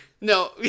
No